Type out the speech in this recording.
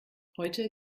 heute